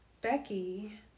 becky